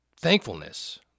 thankfulness